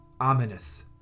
ominous